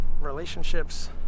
relationships